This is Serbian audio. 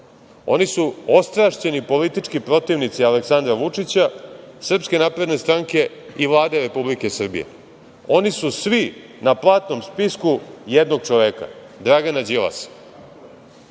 oni su ostrašćeni politički protivnici Aleksandra Vučića, SNS i Vlade Republike Srbije. Oni su svi na platnom spisku jednog čoveka - Dragana Đilasa. Ja